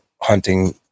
hunting